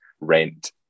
rent